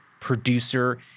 producer